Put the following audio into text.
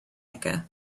mecca